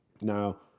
Now